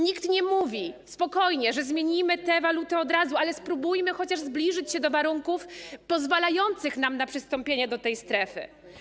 Nikt nie mówi, spokojnie, że zmienimy te waluty od razu, ale spróbujmy chociaż zbliżyć się do warunków pozwalających nam na przystąpienie do tej strefy.